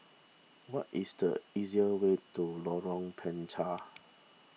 what is the easier way to Lorong Panchar